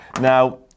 Now